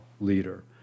leader